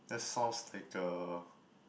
that sounds like a